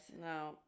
no